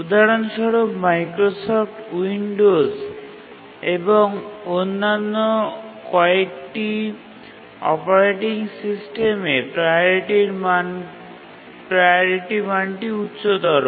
উদাহরণস্বরূপ Microsoft Windows এবং অন্যান্য কয়েকটি অপারেটিং সিস্টেমে প্রাওরিটি মানটি উচ্চতর